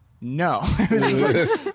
no